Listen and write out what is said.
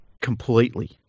completely